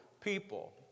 people